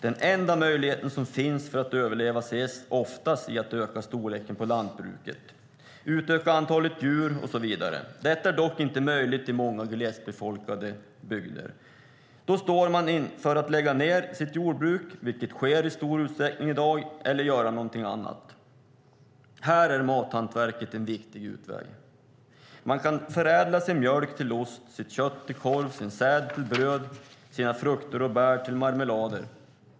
Den enda möjligheten för att överleva anses oftast vara att öka storleken på lantbruket, utöka antalet djur och så vidare. Detta är dock inte möjligt i många glest befolkade bygder. Då står man inför att lägga ned sitt jordbruk, vilket sker i stor utsträckning i dag, eller göra någonting annat. Här är mathantverket en viktig utväg. Man kan förädla sin mjölk till ost, sitt kött till korv, sin säd till bröd och sina frukter och bär till marmelader.